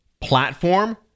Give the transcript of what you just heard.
platform